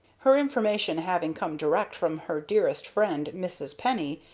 her information having come direct from her dearest friend, mrs. penny,